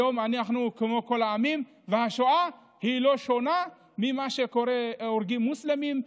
היום אנחנו כמו כל העמים והשואה לא שונה ממה שקורה כשהורגים מוסלמים,